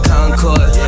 Concord